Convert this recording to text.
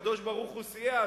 הקדוש-ברוך-הוא סייע,